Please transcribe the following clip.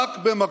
רק במקום,